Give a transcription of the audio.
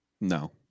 No